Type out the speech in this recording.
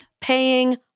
paying